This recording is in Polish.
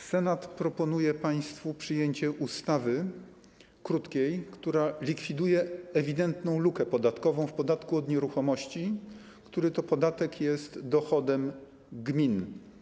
Senat proponuje państwu przyjęcie krótkiej ustawy, która likwiduje ewidentną lukę podatkową w podatku od nieruchomości, który to podatek jest dochodem gmin.